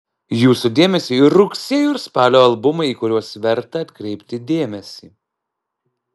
jūsų dėmesiui rugsėjo ir spalio albumai į kuriuos verta atkreipti dėmesį